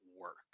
work